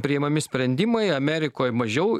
priimami sprendimai amerikoj mažiau